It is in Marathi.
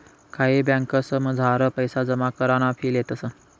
कायी ब्यांकसमझार पैसा जमा कराना फी लेतंस